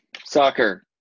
Soccer